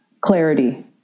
clarity